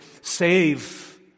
save